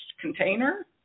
container